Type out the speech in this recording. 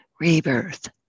rebirth